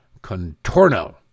Contorno